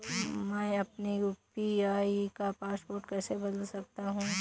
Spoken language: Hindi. मैं अपने यू.पी.आई का पासवर्ड कैसे बदल सकता हूँ?